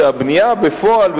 שהבנייה בפועל,